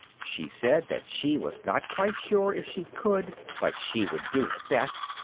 she said that she was not quite sure if she could, but she would do her best,